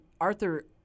Arthur